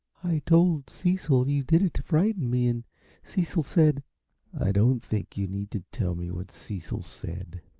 i told cecil you did it to frighten me, and cecil said i don't think you need to tell me what cecil said,